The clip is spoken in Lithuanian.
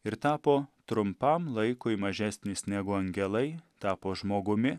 ir tapo trumpam laikui mažesnis negu angelai tapo žmogumi